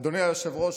אדוני היושב-ראש,